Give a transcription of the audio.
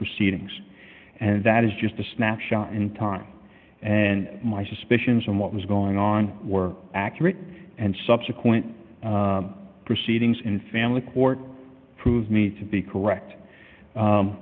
proceedings and that is just a snapshot in time and my suspicions and what was going on were accurate and subsequent proceedings in family court prove me to be correct